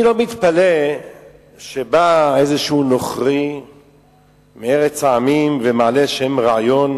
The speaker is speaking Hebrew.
אני לא מתפלא שבא איזה נוכרי מארץ העמים ומעלה איזה רעיון